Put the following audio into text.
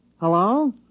Hello